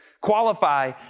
qualify